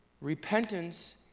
Repentance